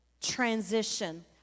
transition